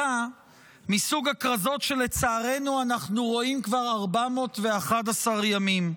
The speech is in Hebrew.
מסוג הכרזות שלצערנו אנחנו רואים כבר 411 ימים.